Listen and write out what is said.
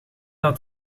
dat